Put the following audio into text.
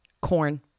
corn